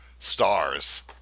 Stars